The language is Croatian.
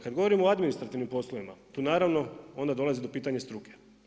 Kada govorimo o administrativnim poslovima tu naravno onda dolazi do pitanje struke.